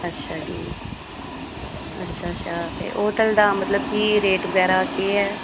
अच्छा जी अच्छा अच्छा ते होटल दा मतलब केह् रेट बगैरा केह ऐ